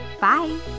Bye